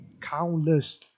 countless